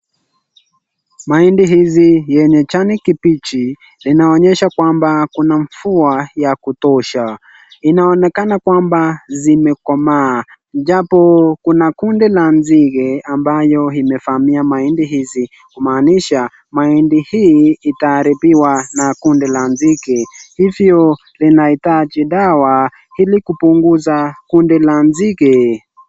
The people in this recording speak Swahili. Mahindi hizi yenye jani kibichi linaonyesha kwamba kuna mvua ya kutosha. Inaonekana kwamba zinekomaa japo, kuna kundi la nzige ambayo imevamia mahindi hizi, kumanisha, mahindi hii itaharibiwa na kundi la nzige. Hivyo, linahitaji dawa ili kupunguza kundi la nzige.